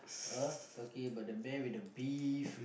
uh talking about the man with the beef